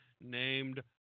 named